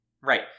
Right